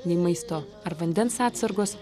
nei maisto ar vandens atsargos